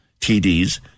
tds